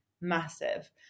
massive